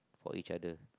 for each other